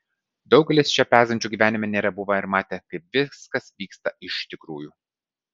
daugelis iš čia pezančių gyvenime nėra buvę ir matę kaip viskas vyksta iš tikrųjų